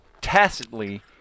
tacitly